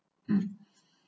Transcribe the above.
um